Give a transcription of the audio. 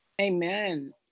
Amen